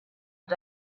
and